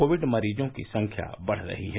Covid मरीजों की संख्या बढ़ रही है